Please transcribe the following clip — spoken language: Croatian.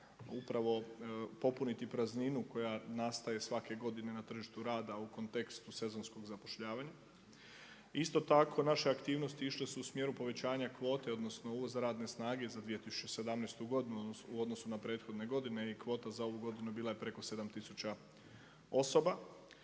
upravo popuniti prazninu koja nastaje svake godine na tržištu rada u kontekstu sezonskog zapošljavanja. Isto tako naše aktivnosti išle su u smjeru povećanja kvote, odnosno uvoza radne snage za 2017. godinu u odnosu na prethodne godine i kvota za ovu godinu bila je preko 7 tisuća osoba.